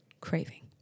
craving